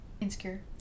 insecure